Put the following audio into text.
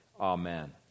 Amen